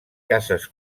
cases